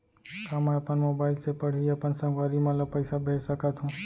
का मैं अपन मोबाइल से पड़ही अपन संगवारी मन ल पइसा भेज सकत हो?